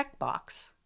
checkbox